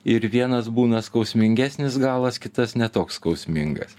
ir vienas būna skausmingesnis galas kitas ne toks skausmingas